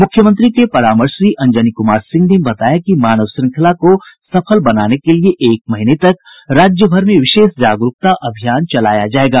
मुख्यमंत्री के परामर्शी अंजनी कुमार सिंह ने बताया कि मानव श्रृंखला को सफल बनाने के लिए एक महीने तक राज्य भर में विशेष जागरूकता अभियान चलाया जायेगा